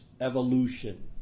evolution